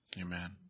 Amen